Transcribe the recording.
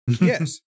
Yes